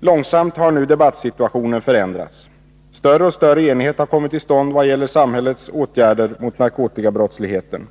Långsamt har nu debattsituationen förändrats. Större och större enighet har kommit till stånd vad gäller samhällets åtgärder mot narkotikabrottslig heten.